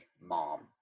mom